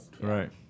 Right